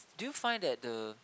do you find that the